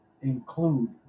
include